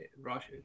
Russia